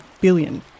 billion